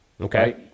Okay